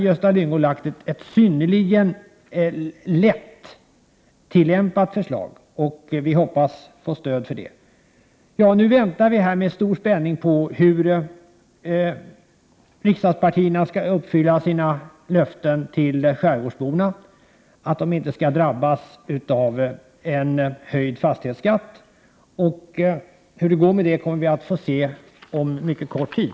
Gösta Lyngås förslag är synnerligen lättillämpat, och vi hoppas att vi skall få stöd för det. Vi väntar nu med stor spänning på hur riksdagspartierna skall uppfylla sina löften till skärgårdsborna om att dessa inte skall drabbas av en höjd fastighetsskatt. Hur det går med det kommer vi att få se om en mycket kort tid.